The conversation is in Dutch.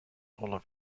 holle